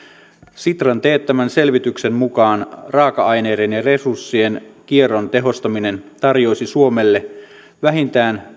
sitran teettämän selvityksen mukaan raaka aineiden ja resurssien kierron tehostaminen tarjoaisi suomelle vähintään